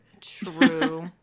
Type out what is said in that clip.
True